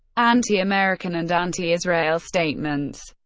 anti-american and anti-israel statements